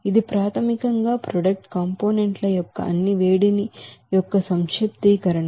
ఇది ప్రాథమికంగా product component ల యొక్క అన్ని వేడిమి యొక్క సంక్షిప్తీకరణ